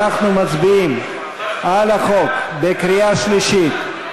אנחנו מצביעים על החוק בקריאה שלישית,